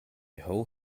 whole